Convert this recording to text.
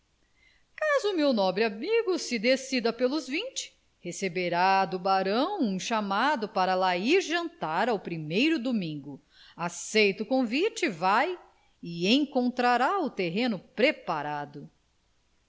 caso o meu nobre amigo se decida pelos vinte receberá do barão um chamado para lá ir jantar ao primeiro domingo aceita o convite vai e encontrará o terreno preparado